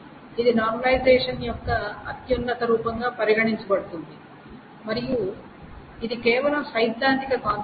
ఇది నార్మలైజేషన్ యొక్క అత్యున్నత రూపంగా పరిగణించబడుతుంది మరియు ఇది కేవలం సైద్ధాంతిక కాన్సెప్ట్